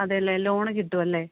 അതേ അല്ലെ ലോണ് കിട്ടുവല്ലേ